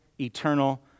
eternal